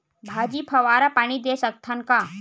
भाजी फवारा पानी दे सकथन का?